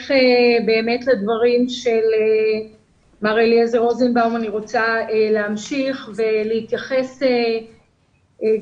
בהמשך לדברים של מר אליעזר רוזנבאום אני רוצה להמשיך ולהתייחס גם